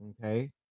okay